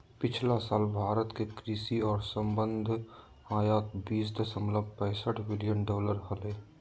पिछला साल भारत के कृषि और संबद्ध आयात बीस दशमलव पैसठ बिलियन डॉलर हलय